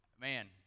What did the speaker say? man